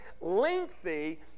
lengthy